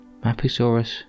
Mapusaurus